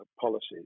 policies